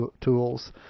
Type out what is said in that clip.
tools